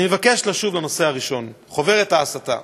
אני אבקש לשוב לנושא הראשון, "חוברת ההסתה".